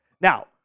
Now